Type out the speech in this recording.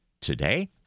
today